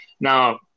Now